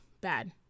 bad